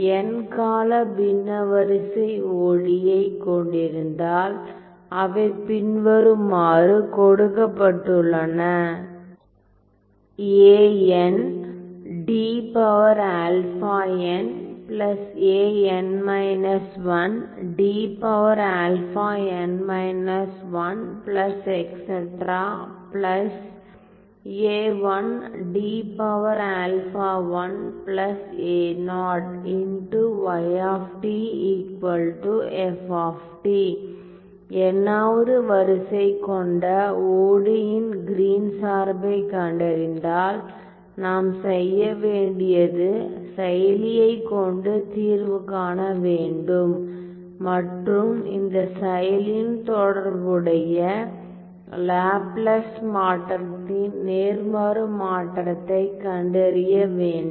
n கால பின்ன வரிசை ஒடியி ஐ கொண்டிருந்தால் அவை பின்வருமாறு கொடுக்கப்பட்டுள்ளன n வது வரிசை கொண்ட ஒடியி இன் கிரீன் Green's சார்பை கண்டறிந்தால் நாம் செய்ய வேண்டியது செயலியை கொண்டு தீர்வு காண வேண்டும் மற்றும் இந்த செயலியின் தொடர்புடைய லாப்லாஸ் மாற்றத்தின் நேர்மாறு மாற்றத்தைக் கண்டறிய வேண்டும்